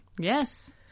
Yes